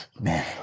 Man